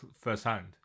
firsthand